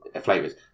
flavours